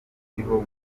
niho